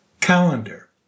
Calendar